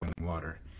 water